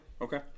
Okay